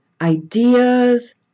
ideas